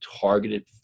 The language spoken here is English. targeted